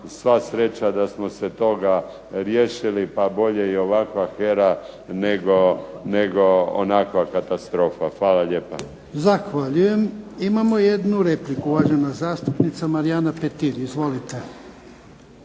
Sva sreća da smo se toga riješili, pa bolje i ovakva HERA nego onakva katastrofa. Hvala lijepa. **Jarnjak, Ivan (HDZ)** Zahvaljujem. Imamo jednu repliku. Uvažena zastupnica Marijana Petir, izvolite.